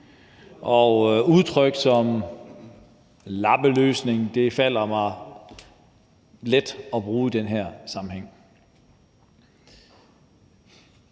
og udtrykket lappeløsning falder mig let at bruge i den her sammenhæng.